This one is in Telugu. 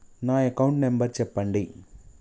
నా అకౌంట్ నంబర్ చెప్పండి?